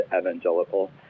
evangelical